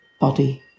body